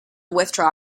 withdraw